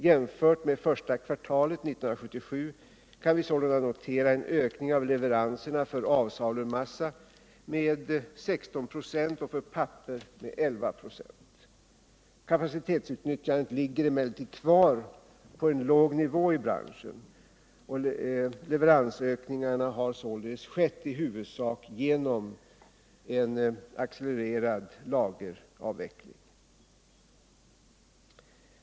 Jämfört med första kvartalet 1977 kan vi sålunda notera en ökning av leveranserna för avsalumassa med 16 96 och för papper med 11 96. Kapacitetsutnyttjandet i branschen ligger emellertid kvar på en låg nivå, och leveransökningarna har således skett i huvudsak genom en accelererad lagerutveckling.